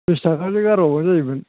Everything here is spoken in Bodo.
त्रिस थाखासो गारबावबानो जायोमोन